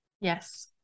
Yes